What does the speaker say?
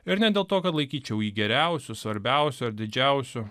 ir ne dėl to kad laikyčiau jį geriausiu svarbiausiu ar didžiausiu